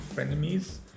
enemies